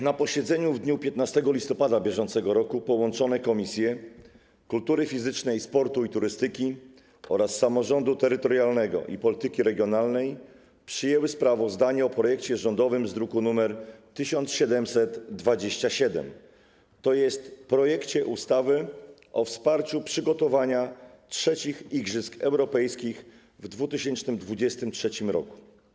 Na posiedzeniu w dniu 15 listopada br. połączone Komisje: Kultury Fizycznej, Sportu i Turystyki oraz Samorządu Terytorialnego i Polityki Regionalnej przyjęły sprawozdanie o projekcie rządowym z druku nr 1727, tj. o projekcie ustawy o wsparciu przygotowania III Igrzysk Europejskich w 2023 roku.